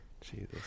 Jesus